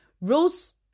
rules